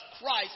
Christ